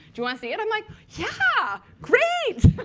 you ah see it? i'm like, yeah. great!